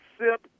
sip